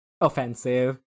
offensive